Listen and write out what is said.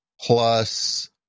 plus